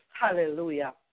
Hallelujah